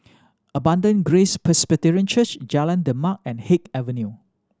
Abundant Grace Presbyterian Church Jalan Demak and Haig Avenue